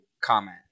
comment